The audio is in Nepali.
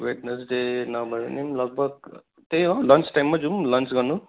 वेडन्सडे नभए नि लगभग त्यही हो लन्च टाइममै जाऔँ लन्च गर्नु